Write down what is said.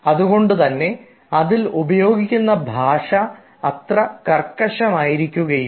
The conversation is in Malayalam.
അതുകൊണ്ടുതന്നെ അതിൽ ഉപയോഗിക്കുന്ന ഭാഷ അത്ര കർക്കശമായിരിക്കുകയില്ല